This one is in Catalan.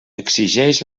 exigeix